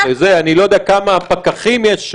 אני לא יודע כמה פקחים יש,